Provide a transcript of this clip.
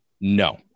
No